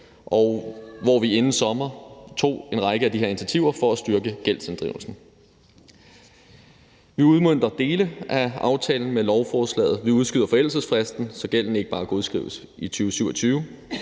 hvor vi inden sommer tog en række af de her initiativer for at styrke gældsinddrivelsen. Vi udmønter dele af aftalen med lovforslaget: Vi udskyder forældelsesfristen, så gælden ikke bare godskrives i 2027